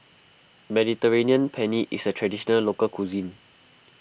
Mediterranean Penne is a Traditional Local Cuisine